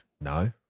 No